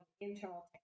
internal